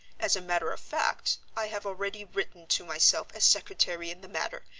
as a matter of fact, i have already written to myself as secretary in the matter,